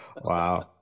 Wow